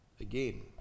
again